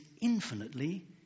infinitely